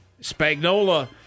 Spagnola